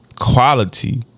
Quality